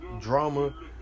drama